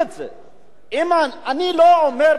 אני לא אומר: בוא נחזור לסוציאליזם.